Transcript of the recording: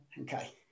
Okay